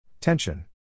Tension